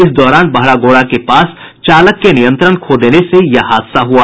इस दौरान बहरागोड़ा के पास चालक के नियंत्रण खो देने से यह हादसा हुआ